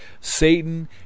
Satan